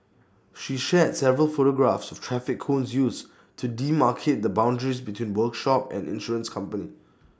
she shared several photographs of traffic cones used to demarcate the boundaries between workshop and insurance company